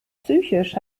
psychisch